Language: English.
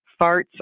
Farts